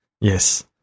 Yes